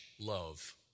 love